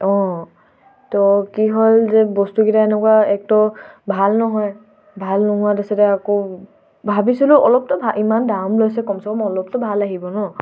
অঁ ত' কি হ'ল যে বস্তুকেইটা এনেকুৱা একটো ভাল নহয় ভাল নোহোৱা তাছতে আকৌ ভাবিছিলোঁ অলপতো ভা ইমান দাম লৈছে কমচে কম অলপতো ভাল আহিব ন